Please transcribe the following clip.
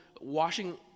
washing